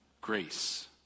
grace